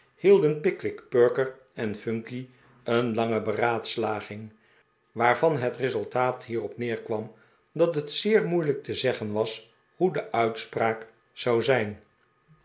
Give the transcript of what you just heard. pickwick perker en phunky een lange beraadslaging waarvan het resultaat hierop neerkwam d t het zeer moeilijk te zeggen was hoe de uitspraak zou zijn